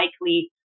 likely